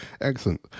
excellent